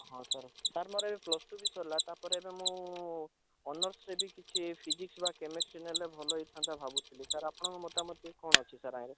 ହଁ sir sir ମୋର ଏବେ ପ୍ଲସ୍ ଟୁ ବି ସରିଲା ତା'ପରେ ଏବେ ମୁଁ ଅନର୍ସ ନେବି କିଛି ଫିଜିକ୍ସ ବା କେମେଷ୍ଟ୍ରି ନେଲେ ଭଲ ହେଇଥାନ୍ତା ଭାବୁଥିଲି ସାର୍ ଆପଣଙ୍କ ମତାମତ ଦେଇକି କ'ଣ ଅଛି ଆହିଁରେ